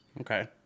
Okay